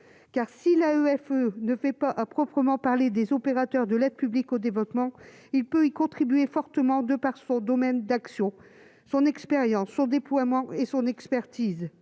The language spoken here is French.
car si la EFE ne fait pas, à proprement parler des opérateurs de l'aide publique au développement, il peut y contribuer fortement de par son domaine d'action son expérience au déploiement et son expertise